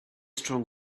strong